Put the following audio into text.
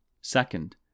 Second